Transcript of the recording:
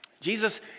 Jesus